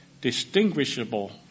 distinguishable